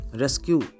rescue